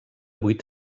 vuit